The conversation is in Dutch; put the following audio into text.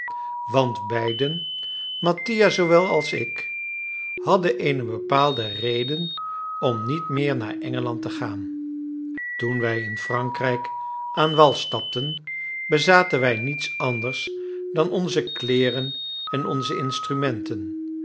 want beiden mattia zoowel als ik hadden eene bepaalde reden om niet meer naar engeland te gaan toen wij in frankrijk aan wal stapten bezaten wij niets anders dan onze kleeren en onze instrumenten